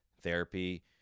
therapy